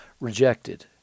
rejected